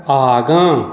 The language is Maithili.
आगाँ